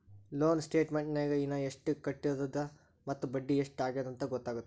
loan ಸ್ಟೇಟಮೆಂಟ್ನ್ಯಾಗ ಇನ ಎಷ್ಟ್ ಕಟ್ಟೋದದ ಮತ್ತ ಬಡ್ಡಿ ಎಷ್ಟ್ ಆಗ್ಯದಂತ ಗೊತ್ತಾಗತ್ತ